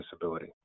disability